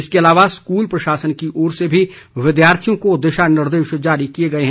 इसके अलावा स्कूल प्रशासन की ओर से भी विद्यार्थियों को दिशा निर्देश जारी किये गए हैं